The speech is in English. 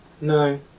No